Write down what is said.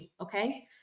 Okay